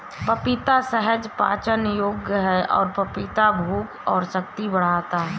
पपीता सहज पाचन योग्य है और पपीता भूख और शक्ति बढ़ाता है